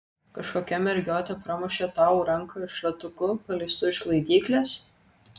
kažkokia mergiotė pramušė tau ranką šratuku paleistu iš laidyklės